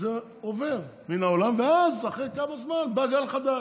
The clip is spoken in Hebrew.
שזה עובר מן העולם, ואז, אחרי כמה זמן, בא גל חדש,